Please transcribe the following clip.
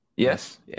Yes